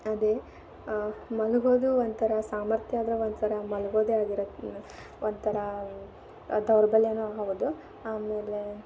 ಅದೇ ಮಲಗೋದು ಒಂಥರ ಸಾಮರ್ಥ್ಯ ಆದ್ರೆ ಒಂಥರ ಮಲಗೋದೇ ಆಗಿರತ್ತೆ ಒಂಥರ ದೌರ್ಬಲ್ಯವೂ ಹೌದು ಆಮೇಲೆ